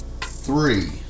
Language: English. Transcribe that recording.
three